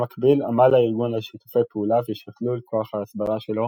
במקביל עמל הארגון על שיתופי פעולה ושכלול כוח ההסברה שלו